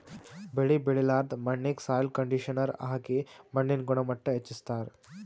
ಬೆಳಿ ಬೆಳಿಲಾರ್ದ್ ಮಣ್ಣಿಗ್ ಸಾಯ್ಲ್ ಕಂಡಿಷನರ್ ಹಾಕಿ ಮಣ್ಣಿನ್ ಗುಣಮಟ್ಟ್ ಹೆಚಸ್ಸ್ತಾರ್